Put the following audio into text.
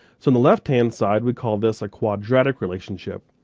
so in the left hand side we call this a quadratic relationship.